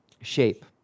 shape